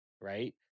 right